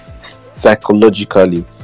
psychologically